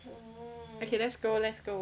okay let's go let's go